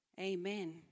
Amen